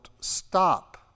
stop